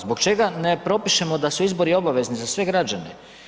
Zbog čega ne propišemo da su izbori obavezni za sve građene?